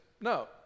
no